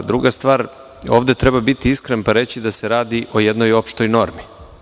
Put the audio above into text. Druga stvar, ovde treba biti iskren pa reći da se radi o jednoj opštoj normi.